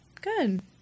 Good